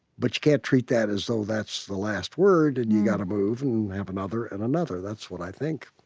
but you can't treat that as though that's the last word. and you've got to move and have another and another. that's what i think.